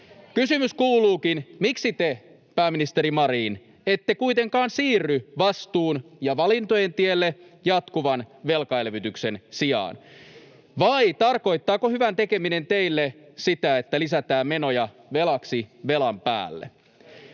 Kysymys kuuluukin: miksi te, pääministeri Marin, ette kuitenkaan siirry vastuun ja valintojen tielle jatkuvan velkaelvytyksen sijaan — vai tarkoittaako hyvän tekeminen teille sitä, että lisätään menoja velaksi velan päälle?